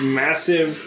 massive